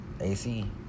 AC